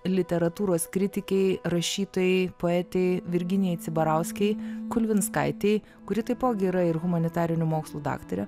literatūros kritikei rašytojai poetei virginijai cibarauskei kulvinskaitei kuri taipogi yra ir humanitarinių mokslų daktarė